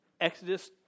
Exodus